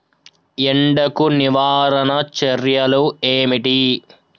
ఎండకు నివారణ చర్యలు ఏమిటి?